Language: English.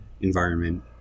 environment